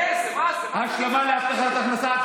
אדוני השר, לא הבנתי איזה קיצוץ לקשישים.